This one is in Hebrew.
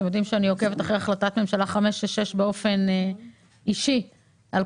האם כל